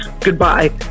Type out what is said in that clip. goodbye